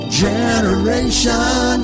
generation